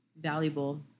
valuable